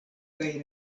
kaj